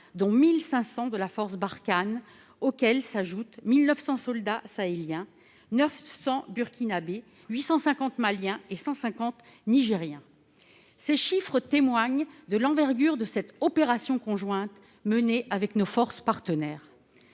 dont 1 500 de la force Barkhane, auxquels s'ajoutent 1 900 soldats sahéliens- 900 Burkinabés, 850 Maliens et 150 Nigériens. Ces chiffres témoignent de l'envergure de cette opération conjointe menée avec nos forces partenaires.